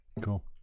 Cool